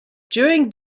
during